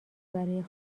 برای